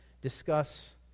discuss